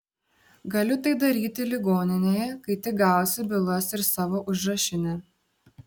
galiu tai daryti ligoninėje kai tik gausiu bylas ir savo užrašinę